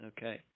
Okay